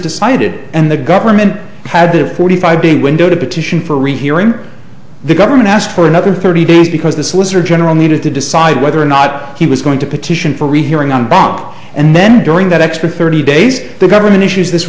decided and the government had to forty five being window to petition for a rehearing the government asked for another thirty days because the solicitor general needed to decide whether or not he was going to petition for rehearing on bond and then during that extra thirty days the government issues this